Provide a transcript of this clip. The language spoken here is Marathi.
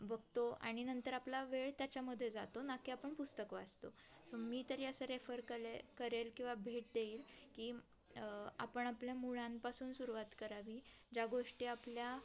बघतो आणि नंतर आपला वेळ त्याच्यामध्ये जातो ना की आपण पुस्तकं वाचतो सो मी तरी असं रेफर कले करेल किंवा भेट देईल की आपण आपल्या मुळांपासून सुरुवात करावी ज्या गोष्टी आपल्या